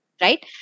right